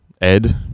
Ed